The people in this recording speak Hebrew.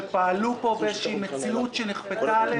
שפעלו פה באיזושהי מציאות שנכפתה עליהם.